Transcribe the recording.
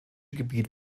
gebiet